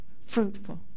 fruitful